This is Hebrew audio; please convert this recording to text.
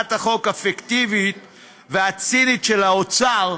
הצעת החוק הפיקטיבית והצינית של האוצר,